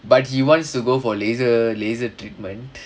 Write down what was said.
but he wants to go for laser laser treatment